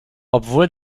obwohl